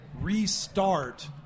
restart